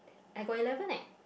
I got eleven eh